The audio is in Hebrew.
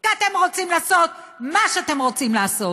כי אתם רוצים לעשות מה שאתם רוצים לעשות.